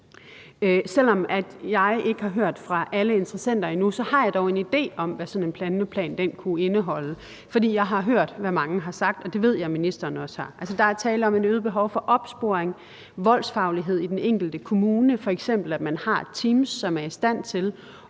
Selv om jeg ikke har hørt fra alle interessenter endnu, har jeg dog en idé om, hvad sådan en handleplan kunne indeholde, fordi jeg har hørt, hvad mange har sagt, og det ved jeg at ministeren også har. Altså, der er tale om et øget behov for opsporing og for voldsfaglighed i den enkelte kommune, f.eks. at man har teams, som er i stand til